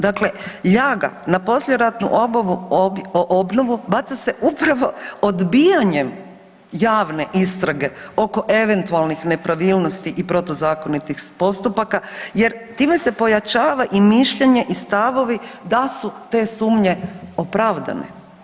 Dakle, ljaga na poslijeratnu obnovu baca se upravo odbijanjem javne istrage oko eventualnih nepravilnosti i protuzakonitih postupaka jer time se pojačava i mišljenje i stavovi da su sumnje opravdane.